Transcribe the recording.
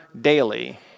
daily